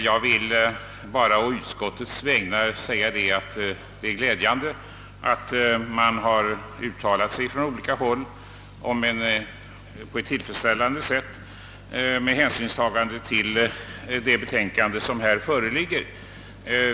Jag vill bara å utskottets vägnar konstatera det glädjande i att man från olika håll har uttalat tillfredsställelse över det betänkande som här föreligger.